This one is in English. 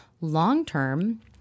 long-term